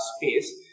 space